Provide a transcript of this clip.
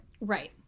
Right